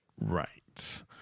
right